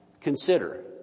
Consider